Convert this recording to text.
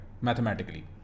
mathematically